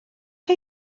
chi